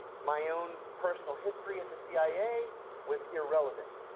my own personal history at the cia was irrelevant.